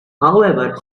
however